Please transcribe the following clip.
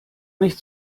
nicht